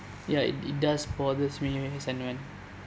ya it it does bothers me as and when